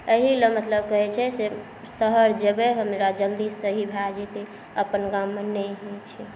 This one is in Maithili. अहीलए मतलब कहै छै से शहर जेबै हमरा जल्दी सही भऽ जेतै अपन गाममे नहि होइ छै